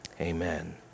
amen